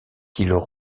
qu’ils